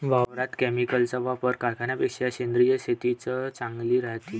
वावरात केमिकलचा वापर करन्यापेक्षा सेंद्रिय शेतीच चांगली रायते